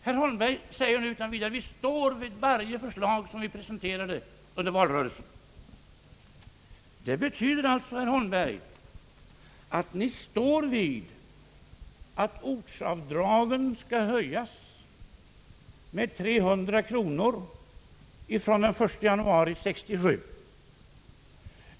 Herr Holmberg säger utan vidare: »Vi står vid varje förslag som vi presenterade under valrörelsen.» Det betyder alltså, herr Holmberg, att ni står vid att ortsavdragen skall höjas med 300 kronor från den 1 januari 1967.